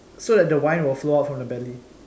so that the wine will flow out from the belly